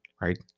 right